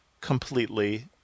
completely